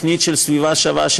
התוכנית "סביבה שווה",